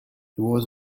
was